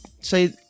say